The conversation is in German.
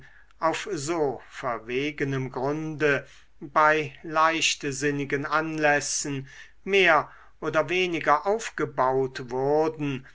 auf so verwegenem grunde bei leichtsinnigen anlässen mehr oder weniger aufgebaut wurden